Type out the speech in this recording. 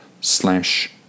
slash